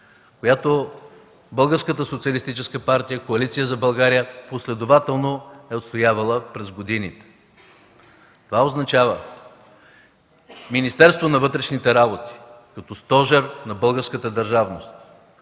за България последователно са отстоявали през годините. Това означава Министерството на вътрешните работи, като стожер на българската държавност,